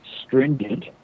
stringent